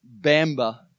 Bamba